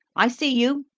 i see you,